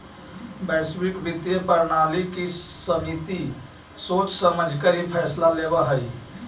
वैश्विक वित्तीय प्रणाली की समिति सोच समझकर ही फैसला लेवअ हई